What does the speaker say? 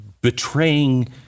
betraying